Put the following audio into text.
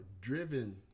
driven